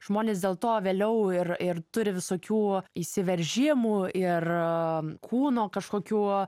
žmonės dėl to vėliau ir ir turi visokių įsiveržimų ir kūno kažkokių